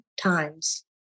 times